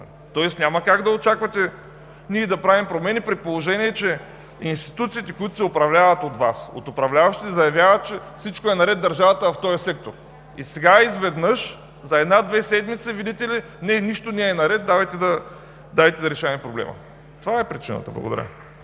Тоест няма как да очаквате ние да правим промени, при положение че институциите, които се управляват от Вас, от управляващите, заявяват, че всичко е наред в държавата, в този сектор. Сега изведнъж за една-две седмици, видите ли, нищо не е наред, давайте да решаваме проблема. Това е причината. Благодаря.